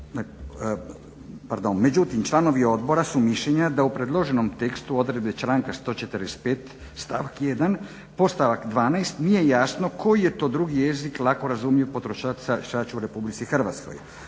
međutim članovi odbora su mišljenja da u predloženom tekstu odredbe članka 145. stavak 1. podstavak 12. nije jasno koji je to drugi jezik lako razumljiv potrošaču u RH, a koja